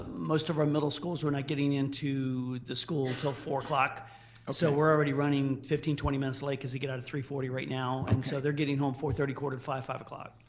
most of our middle schools are not getting into the school until four o'clock so we're already running fourteen, twenty minutes late because they get out at three forty right now. and so they're getting home four thirty, quarter to five, five o'clock.